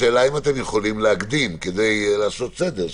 השאלה אם אתם יכולים להקדים כדי לעשות סדר.